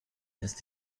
ist